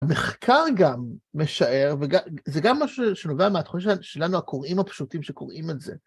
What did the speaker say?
המחקר גם משער, וזה גם מה שנובע מהתוכן שלנו, הקוראים הפשוטים שקוראים את זה.